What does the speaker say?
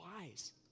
wise